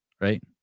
right